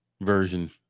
version